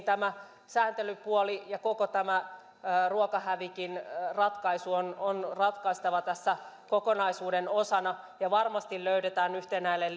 tämä sääntelypuoli ja koko tämä ruokahävikin ratkaisu on on ratkaistava tässä kokonaisuuden osana ja varmasti löydetään yhtenäinen